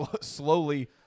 slowly